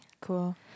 Cool